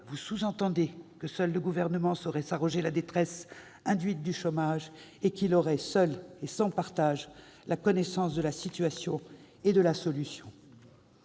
vous sous-entendez que seul le Gouvernement saurait s'arroger la détresse induite du chômage et qu'il aurait seul et sans partage la connaissance de la situation et de la solution